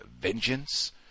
vengeance